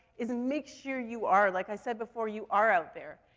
is make sure you are, like i said before, you are out there.